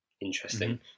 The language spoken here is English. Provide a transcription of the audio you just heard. Interesting